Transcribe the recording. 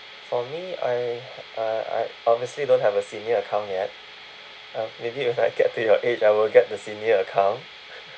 for me I I I obviously don't have a senior account yet uh maybe when I get to your age I will get the senior account